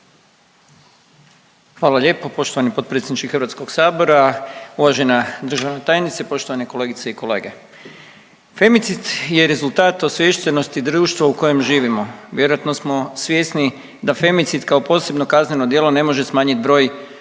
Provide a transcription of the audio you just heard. Hvala lijepo poštovani potpredsjedniče Hrvatskog sabora, uvažena državna tajnice, poštovane kolegice i kolege. Femicid je rezultat osviještenosti društva u kojem živimo. Vjerojatno smo svjesni da femicid kao posebno kazneno djelo ne može smanjit broj